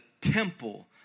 temple